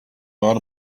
learn